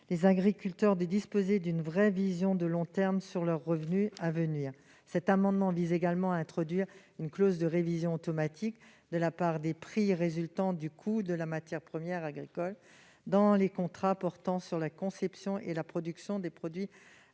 Les agriculteurs pourront ainsi disposer d'une vision de long terme sur leurs revenus à venir. Cet amendement tend également à introduire une clause de révision automatique des prix résultant du coût de la matière première agricole dans les contrats portant sur la conception et la production de produits alimentaires.